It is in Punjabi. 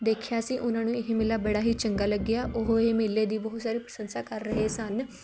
ਦੇਖਿਆ ਸੀ ਉਹਨਾਂ ਨੂੰ ਇਹ ਮੇਲਾ ਬੜਾ ਹੀ ਚੰਗਾ ਲੱਗਿਆ ਉਹ ਇਹ ਮੇਲੇ ਦੀ ਬਹੁਤ ਸਾਰੀ ਪ੍ਰਸ਼ੰਸਾ ਕਰ ਰਹੇ ਸਨ